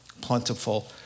plentiful